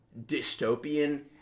dystopian